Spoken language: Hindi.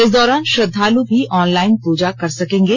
इस दौरान श्रद्धाल भी ऑनलाइन प्रजा कर सकेंगे